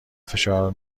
فشار